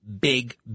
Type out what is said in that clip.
big